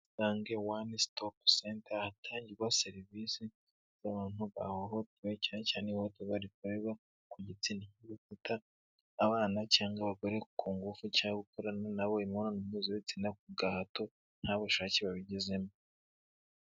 Isange One Stop Center hatangirwa serivisi z'abantu bahohotewe, cyane cyane ihoterwa rikorerwa ku gitsina. Nko gufata abana cyangwa abagore ku ngufu cyangwa gukorana na bo imibonano mpuzabitsina ku gahato, nta bushake babigezemo.